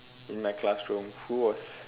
in my classroom who was